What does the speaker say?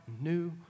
new